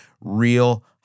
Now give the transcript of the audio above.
real